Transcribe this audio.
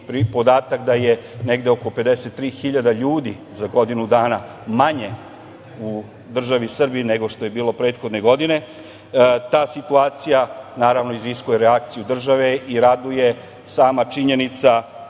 da je negde oko 53 hiljade ljudi za godinu dana manje u državi Srbiji nego što je bilo prethodne godine. Ta situacija naravno iziskuje reakciju države i raduje sama činjenica